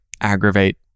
aggravate